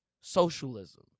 socialism